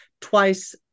twice